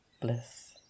Bliss